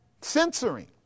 Censoring